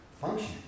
function